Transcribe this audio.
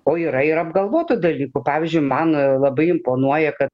o yra ir apgalvotų dalykų pavyzdžiui man labai imponuoja kad